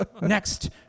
next